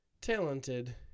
talented